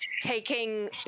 taking